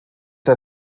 der